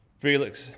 Felix